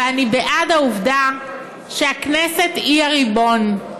אבל אני בעד העובדה שהכנסת היא הריבון.